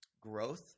growth